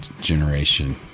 generation